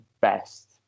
best